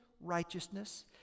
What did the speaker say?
righteousness